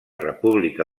república